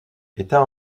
étant